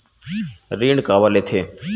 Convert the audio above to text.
ऋण काबर लेथे?